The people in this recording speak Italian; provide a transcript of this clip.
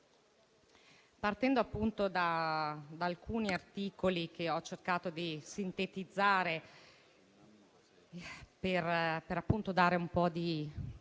Partendo da alcuni articoli che ho cercato di sintetizzare, per dare un po' di